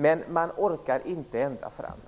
Men man orkar inte ända fram.